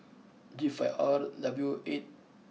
G five R W eight